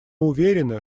уверены